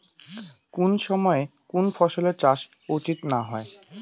কুন সময়ে কুন ফসলের চাষ করা উচিৎ না হয়?